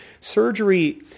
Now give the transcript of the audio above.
Surgery